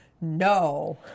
no